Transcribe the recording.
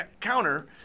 counter